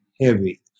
heavy